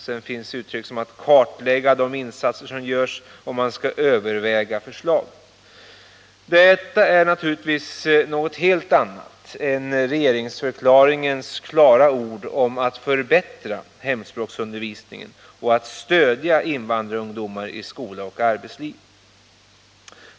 Man skall också ”kartlägga de insatser som f.n. görs”, och förslag ”övervägs”. Detta är något helt annat än regeringsförklaringens klara ord om att man skall förbättra hemspråksundervisningen och stödja invandrarungdomar i skola och arbetsliv.